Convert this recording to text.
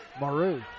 Maru